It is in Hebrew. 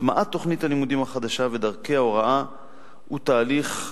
הטמעת תוכנית הלימודים החדשה ודרכי ההוראה היא תהליך,